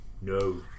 no